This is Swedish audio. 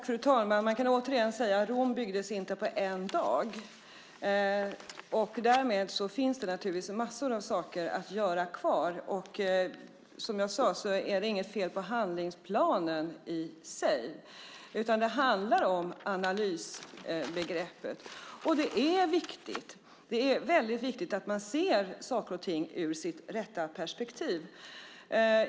Fru talman! Man kan återigen säga: Rom byggdes inte på en dag. Därmed finns det naturligtvis massor av saker kvar att göra. Som jag sade är det inget fel på handlingsplanen i sig, utan det handlar om analysbegreppet. Det är viktigt. Det är väldigt viktigt att man ser saker och ting ur sitt rätta perspektiv.